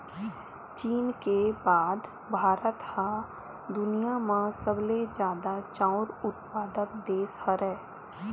चीन के बाद भारत ह दुनिया म सबले जादा चाँउर उत्पादक देस हरय